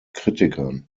kritikern